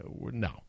no